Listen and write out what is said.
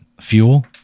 fuel